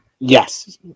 yes